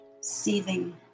seething